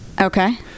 Okay